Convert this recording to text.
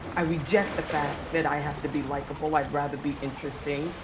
i reject the fact that i have to be likable, i'd rather be interesting.